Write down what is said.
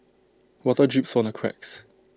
water drips from the cracks